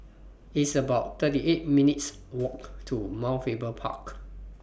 It's about thirty eight minutes' Walk to Mount Faber Park